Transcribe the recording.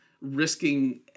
risking